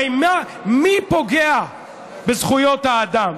הרי מי פוגע בזכויות האדם?